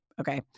Okay